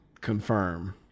confirm